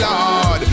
Lord